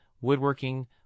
woodworking